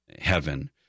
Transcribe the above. heaven